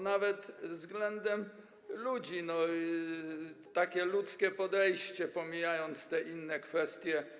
Nawet względem ludzi, to takie ludzkie podejście, pomijając inne kwestie.